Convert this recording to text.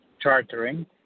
chartering